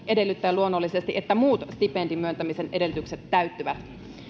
edellyttäen luonnollisesti että muut stipendin myöntämisen edellytykset täyttyvät